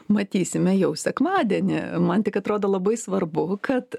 matysime jau sekmadienį man tik atrodo labai svarbu kad